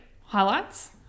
Highlights